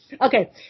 Okay